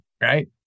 Right